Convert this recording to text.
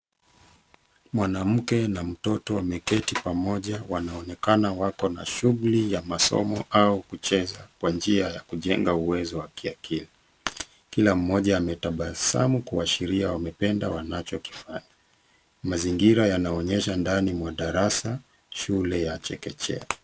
Mwanamke na mtoto wameketi pamoja. Wanaonekana wako na shughuli ya masomo au kucheza kwa njia ya kujenga uwezo wa kiakili. Kila mmoja ametabasamu kuashiria wamependa wanachokifanya . Mazingira yanaonyesha ndani mwa darasa, shule ya chekechea.